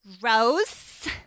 Rose